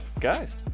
guys